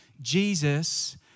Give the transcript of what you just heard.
Jesus